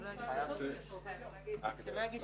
הישיבה ננעלה בשעה 13:16.